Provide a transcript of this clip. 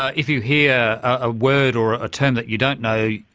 ah if you hear a word or a term that you don't know,